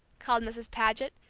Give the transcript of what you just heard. called mrs. paget,